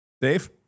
Dave